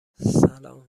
سلام